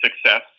success